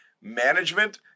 management